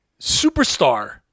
superstar